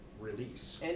release